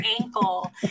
ankle